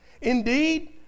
Indeed